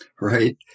Right